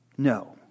No